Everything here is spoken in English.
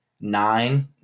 nine